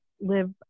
live